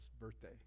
birthday